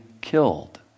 killed